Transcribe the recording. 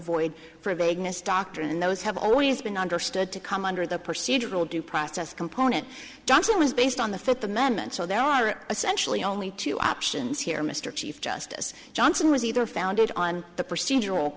doctrine and those have always been understood to come under the procedural due process component johnson was based on the fifth amendment so there are essentially only two options here mr chief justice johnson was either founded on the procedural